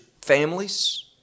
families